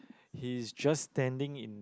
he's just standing in